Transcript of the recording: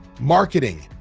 marketing,